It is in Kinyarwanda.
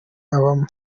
abamo